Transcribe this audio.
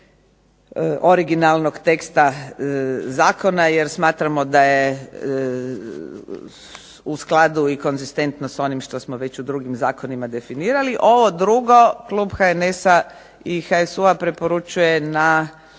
originalnog teksta zakona, jer smatramo da je u skladu i konzistentno sa onim što smo već u drugim zakonima definirali. Ovo drugo klub HNS-a i HSU-a preporučuje na